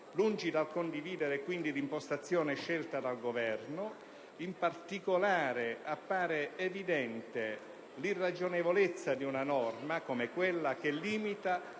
quindi dal condividere l'impostazione scelta dal Governo. In particolare, appare evidente l'irragionevolezza di una norma, come quella che limita